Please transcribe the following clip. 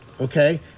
Okay